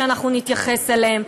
שאנחנו נתייחס אליהם.